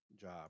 job